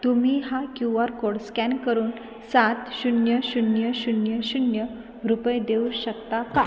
तुम्ही हा QR code scan करून सात शून्य शून्य शून्य शून्य रुपये देऊ शकता का